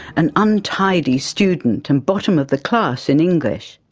an untidy student and bottom of the class in english.